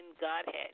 godhead